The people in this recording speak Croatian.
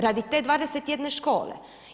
Radi te 21 škole.